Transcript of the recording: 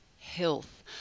health